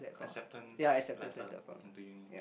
acceptance letter and do you need